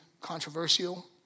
controversial